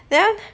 then